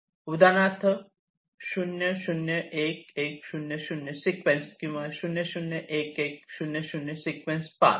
उदाहरणार्थ 0 0 1 1 0 0 सिक्वेन्स किंवा 0 0 1 1 0 0 पाथ